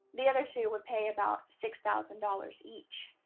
the other two would pay about six thousand dollars each.